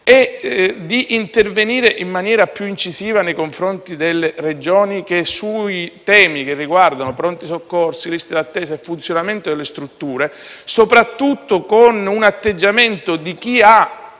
è di intervenire in maniera più incisiva nei confronti delle Regioni sui temi che riguardano pronto soccorso, liste d'attesa e funzionamento delle strutture. Ciò va fatto soprattutto da parte di chi ha